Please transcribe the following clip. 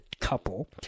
couple